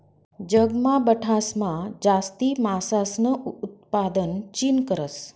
जगमा बठासमा जास्ती मासासनं उतपादन चीन करस